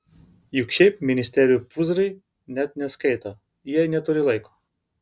juk šiaip ministerijų pūzrai net neskaito jie neturi laiko